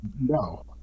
No